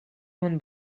one